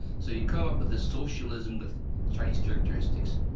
so you come up with this socialism with chinese characteristics,